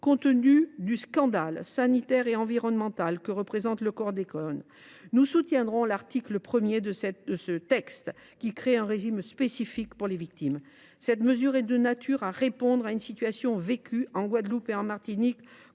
compte tenu du scandale sanitaire et environnemental que représente le chlordécone, nous soutiendrons l’article 1 de ce texte, qui crée un régime spécifique d’indemnisation des victimes. Cette mesure est de nature à répondre à une situation vécue comme un scandale en Guadeloupe et en Martinique,